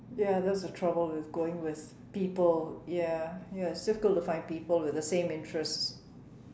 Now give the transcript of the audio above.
ya that's the trouble it's going with people ya yes difficult to find people with the same interests